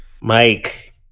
Mike